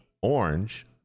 Orange